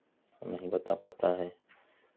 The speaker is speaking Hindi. नहीं बता पाता है